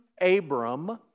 Abram